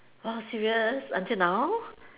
!wow! serious until now